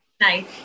nice